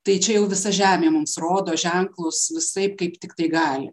tai čia jau visa žemė mums rodo ženklus visaip kaip tiktai gali